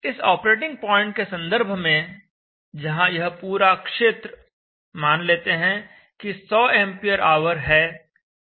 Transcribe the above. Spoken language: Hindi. इस ऑपरेटिंग पॉइंट के संदर्भ में जहां यह पूरा क्षेत्र मान लेते हैं कि 100 एंपियर आवर है